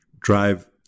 drive